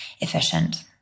efficient